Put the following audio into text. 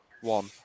one